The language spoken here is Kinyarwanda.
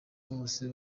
bose